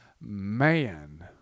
man